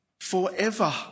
forever